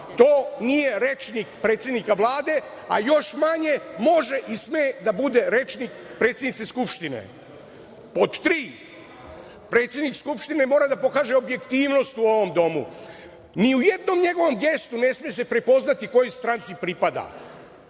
To nije rečnik predsednika Vlade, a još manje može i sme da bude rečnik predsednice Skupštine. Pod tri, predsednik Skupštine mora da pokaže objektivnost u ovom domu. Ni u jednom njegovom gestu ne sme se prepoznati kojoj stranci pripada.